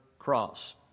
cross